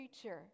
future